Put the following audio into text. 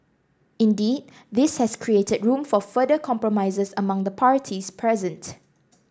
indeed this has created room for further compromises among the parties present